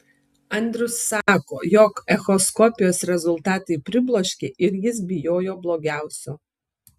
andrius sako jog echoskopijos rezultatai pribloškė ir jis bijojo blogiausio